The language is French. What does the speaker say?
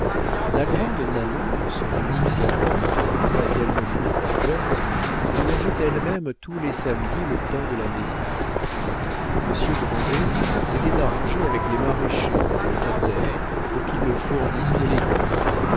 la grande nanon son unique servante quoiqu'elle ne fût plus jeune boulangeait elle-même tous les samedis le pain de la maison monsieur grandet s'était arrangé avec les maraîchers ses locataires pour qu'ils le fournissent de légumes